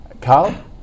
Carl